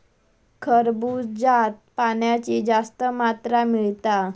खरबूज्यात पाण्याची जास्त मात्रा मिळता